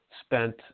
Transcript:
spent